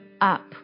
up